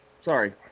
Sorry